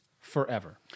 forever